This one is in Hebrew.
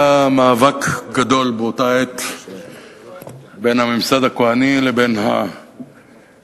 היה מאבק גדול באותה עת בין הממסד הכוהני לבין הנביאים.